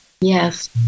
Yes